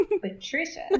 Patricia